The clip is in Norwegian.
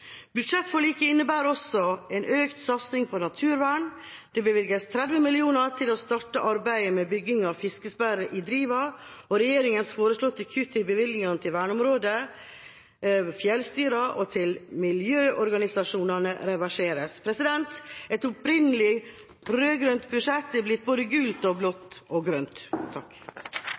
Budsjettforliket innebærer også en økt satsing på naturvern. Det bevilges 30 mill. kr til å starte arbeidet med bygging av fiskesperre i Driva, og regjeringas foreslåtte kutt i bevilgningene til verneområder, fjellstyrene og miljøorganisasjonene reverseres. Et opprinnelig rød-grønt budsjett er blitt både gult, blått og grønt.